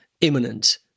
imminent